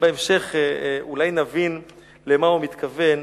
בהמשך אולי נבין למה הוא התכוון,